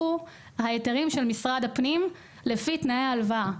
ההיתרים של משרד הפנים לפי תנאי ההלוואה.